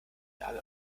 nagel